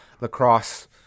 lacrosse